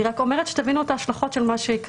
אני רק אומרת שתבינו את ההשלכות של מה שיקרה.